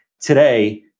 today